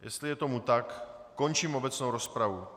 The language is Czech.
Jestli je tomu tak, končím obecnou rozpravu.